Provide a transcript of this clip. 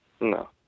No